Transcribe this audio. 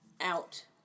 out